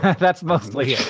that's mostly